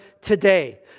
today